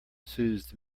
soothes